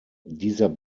dieser